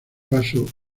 paso